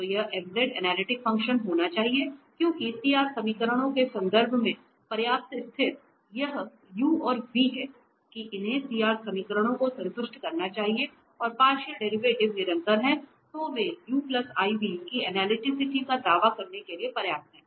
तो यह f analytic function होना चाहिए क्योंकि CR समीकरणों के संदर्भ में पर्याप्त स्थिति यह u और v है कि इन्हें CR समीकरणों को संतुष्ट करना चाहिए और पार्शियल डेरिवेटिव निरंतर हैं तो वे u iv की अनलिटीसीटी का दावा करने के लिए पर्याप्त हैं